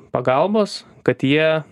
pagalbos kad jie